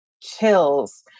chills